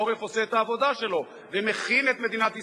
האוכלוסייה במדינת ישראל.